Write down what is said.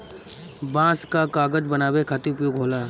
बांस कअ कागज बनावे खातिर उपयोग होला